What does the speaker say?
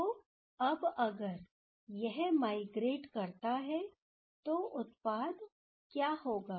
तो अब अगर यह माइग्रेट करता है तो उत्पाद क्या होगा